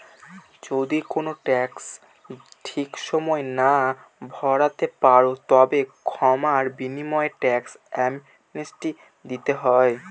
যদি কোনো ট্যাক্স ঠিক সময়ে না ভরতে পারো, তবে ক্ষমার বিনিময়ে ট্যাক্স অ্যামনেস্টি দিতে হয়